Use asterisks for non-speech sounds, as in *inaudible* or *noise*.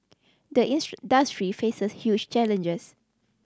the *unintelligible* faces huge challenges